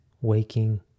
waking